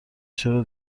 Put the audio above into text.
چرا